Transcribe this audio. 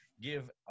give